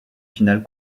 finale